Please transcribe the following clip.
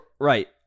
Right